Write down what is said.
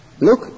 look